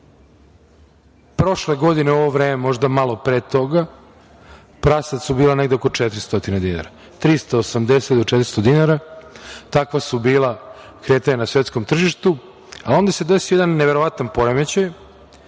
prošle godine u ovo vreme možda malo pre toga, prasad su bila negde oko 400 dinara, 380 do 400 dinara. Takva su bila kretanja na svetskom tržištu, a onda se desi jedan neverovatan poremećaj,